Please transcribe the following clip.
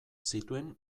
zituen